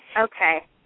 Okay